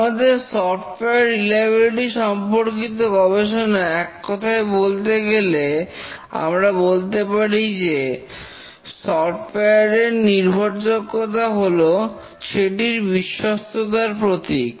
আমাদের software reliability সম্পর্কিত গবেষণা এক কথায় বলতে গেলে আমরা বলতে পারি যে সফটওয়্যার এর নির্ভরযোগ্যতা হল সেটির বিশ্বস্ততার প্রতীক